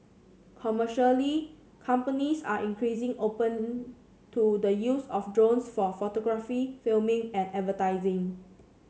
commercially companies are increasing open to the use of drones for photography filming and advertising